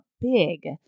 big